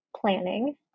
planning